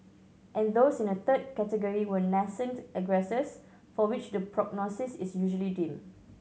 and those in a third category were nascent aggressors for which the prognosis is usually dim